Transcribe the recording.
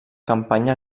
campanya